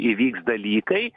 įvyks dalykai